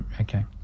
okay